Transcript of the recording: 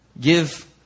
Give